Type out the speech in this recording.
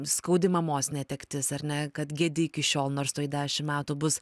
skaudi mamos netektis ar ne kad gedi iki šiol nors tuoj dešimt metų bus